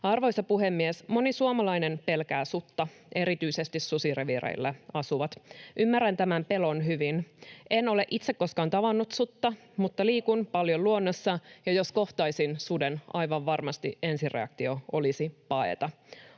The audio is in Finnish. Arvoisa puhemies! Moni suomalainen pelkää sutta, erityisesti susireviireillä asuvat. [Petri Huru: Syystäkin!] Ymmärrän tämän pelon hyvin. En ole itse koskaan tavannut sutta, mutta liikun paljon luonnossa, ja jos kohtaisin suden, aivan varmasti ensireaktio olisi paeta.